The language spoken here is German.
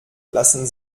lassen